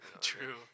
True